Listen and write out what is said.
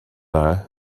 dda